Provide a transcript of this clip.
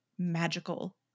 magical